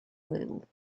little